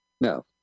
No